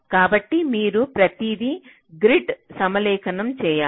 కాబట్టి మీరు ప్రతిదీ గ్రిడ్కు సమలేఖనం చేయాలి